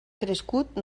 crescut